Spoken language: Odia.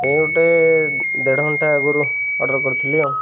ଏଇ ଗୋଟେ ଦେଢ଼ ଘଣ୍ଟା ଆଗରୁ ଅର୍ଡ଼ର କରିଥିଲି ଆଉ